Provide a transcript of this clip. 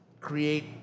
create